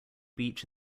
beach